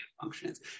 functions